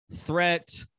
Threat